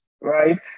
right